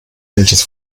welches